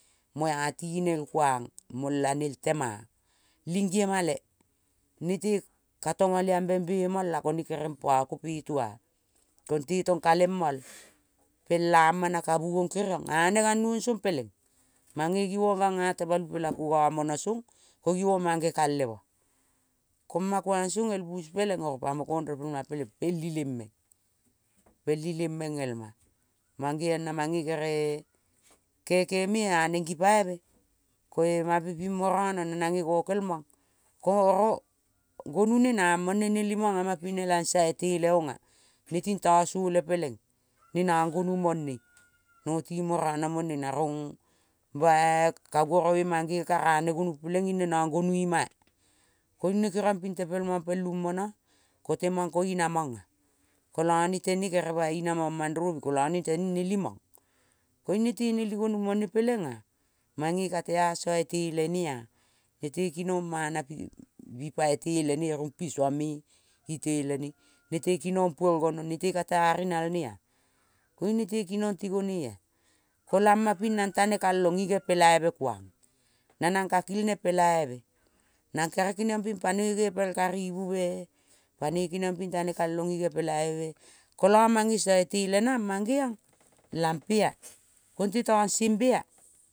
Mo-a tinel kuang molane el tema, ling giemale. Nete ka tomoliambe mol-a. Kone kereng pako pito-a, konte tong kaleng mol pel ama na kavuong keriong a negang nuong song peleng mange givong gang-a tomalu pela ku pa mona song ko givong mangekal le mua. Ko ma kuang song el bus peleng oro pamo kong repel ma peleng el ileng meng. Pel ileng meng el ma. Mangeong na mange kere kekeme-a neng gipaive, ko mampe ping borana nange gokel ma ko oro gonu ne namong ne neling mong ama pine nelangso iteleong-a. Ne tin tasole peleng ne nang gonu mone noti borana mone na rong bai ka guorome mangene ka rane gonu peleng ing ne nang gonu ima-a. Koiung ne keriong ping tepel ma el umbona-a. Ko temong ko inamang-e. Kolo ne tene kere bai inamang mandrovi kola neteng neli ma-koiung nete neli gonu mone peleng-a mange ka te-a sai itele ne-a. Nete kinong mana ipa itele ne. Rumpi sai mea itele ne-a. Nete kinong puol gonong, nete kata rinalne-a koiung nete kinong ti gonie-a. Kolema ping nang tane kalong le pelaive kuang na nang ka kilne pelaive. Nang kere keniong ping panoi ngepel karivu me-e panoi keniang ping tane kalong-o-pelaive kola mange sai itele nang mangeong lampe-a konte tang sembe-a.